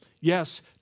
Yes